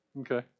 Okay